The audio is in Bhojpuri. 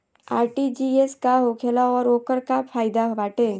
आर.टी.जी.एस का होखेला और ओकर का फाइदा बाटे?